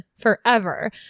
forever